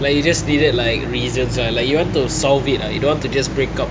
like you just needed like reasons ah like you want to solve it ah like you don't want to just breakup